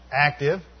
active